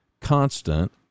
constant